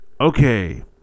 Okay